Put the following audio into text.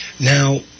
Now